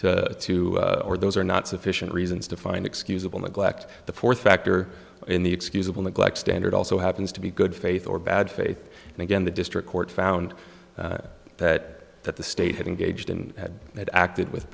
two or those are not sufficient reasons to find excusable neglect the fourth factor in the excusable neglect standard also happens to be good faith or bad faith and again the district court found that that the state had engaged in had it acted with